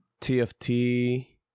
TFT